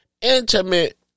intimate